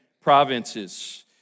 provinces